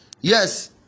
Yes